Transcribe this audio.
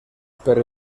per